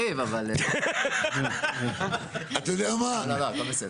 תגביל אותו ב-1,200 מטר.